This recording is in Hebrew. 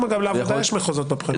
גם לעבודה יש מחוזות בפריימריז.